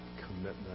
commitment